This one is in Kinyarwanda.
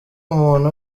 umuntu